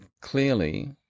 clearly